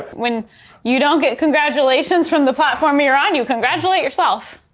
when you don't get congratulations from the platform you're on you congratulate yourself.